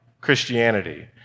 Christianity